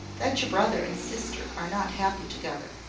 that your brother and sister are not happy together.